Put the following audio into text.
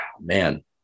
man